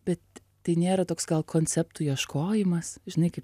bet tai nėra toks gal konceptų ieškojimas žinai kaip